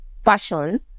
fashion